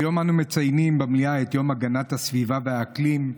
היום אנו מציינים במליאה את יום הגנת הסביבה והאקלים,